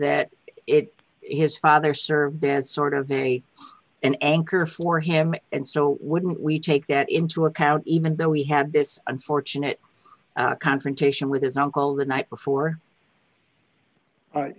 that it his father served as sort of a an anchor for him and so wouldn't we take that into account even though he had this unfortunate confrontation with his uncle the night before